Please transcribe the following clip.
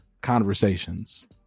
conversations